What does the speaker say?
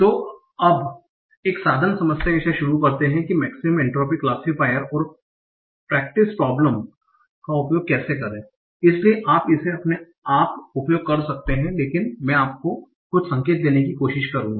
तो अब एक साधारण समस्या के साथ शुरू करते हैं कि मेक्सिमम एन्ट्रोपी क्लासिफायर और प्रेक्टिस प्रोब्लम का उपयोग कैसे करें इसलिए आप इसे अपने आप उपयोग कर सकते हैं लेकिन मैं आपको कुछ संकेत देने की कोशिश करूंगा